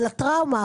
אבל הטראומה,